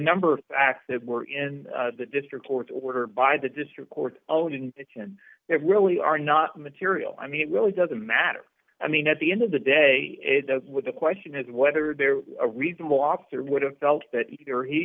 number of acts that were in the district court ordered by the district court alone and that can it really are not material i mean really doesn't matter i mean at the end of the day it does with the question is whether there are reasonable officer would have felt that either he